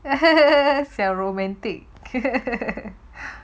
小 romantic